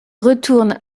retourne